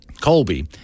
colby